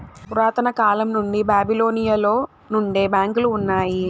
పురాతన కాలం నుండి బాబిలోనియలో నుండే బ్యాంకులు ఉన్నాయి